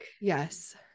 Yes